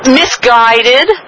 misguided